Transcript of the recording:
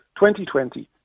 2020